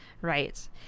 Right